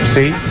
See